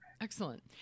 Excellent